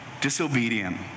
disobedient